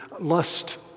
Lust